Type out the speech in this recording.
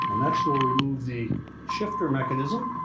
next, we'll remove the shifter mechanism.